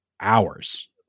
hours